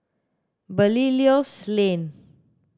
Belilios Lane